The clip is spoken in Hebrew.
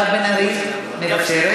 זה לא נכון.